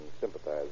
sympathize